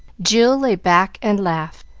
jill lay back and laughed,